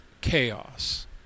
chaos